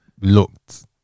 looked